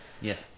yes